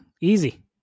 easy